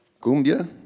Cumbia